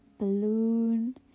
balloon